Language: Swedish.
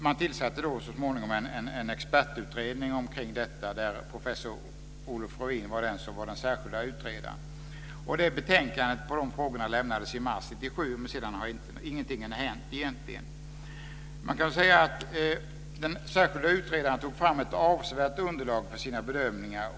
Man tillsatte så småningom en expertutredning om detta, där professor Olof Ruin blev den särskilda utredaren. Betänkandet lämnades i mars 1997, men sedan har egentligen ingenting hänt. Den särskilda utredaren tog fram ett avsevärt underlag för sina bedömningar.